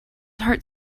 heart